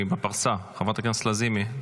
היא בפרסה, חברת הכנסת לזימי.